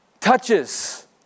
touches